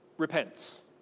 repents